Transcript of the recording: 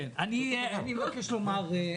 אני מבקש לומר,